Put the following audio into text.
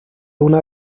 una